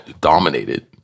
dominated